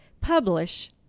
publish